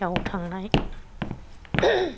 याव थांनाय